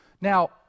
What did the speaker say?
Now